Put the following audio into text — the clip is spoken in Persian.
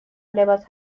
لباس